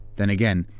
then again,